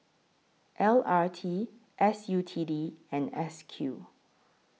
L R T S U T D and S Q